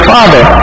Father